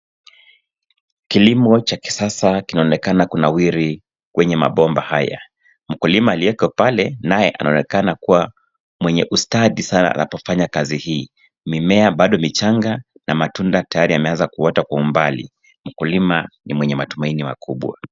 Kilimo cha kisasa kinaonekana kunawiri kwenye mabomba haya. Mkulima aliyeko pale, naye anaonekana kuwa mwenye ustadi sana anapofanya kazi hii. Mimea bado michanga, na matunda tayari yameanza kuota kwa umbali. Mkulima ni mwenye matumaini makubwa.